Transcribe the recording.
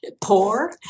Poor